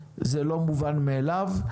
זה לא מובן מאליו.